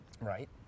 Right